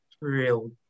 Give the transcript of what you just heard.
real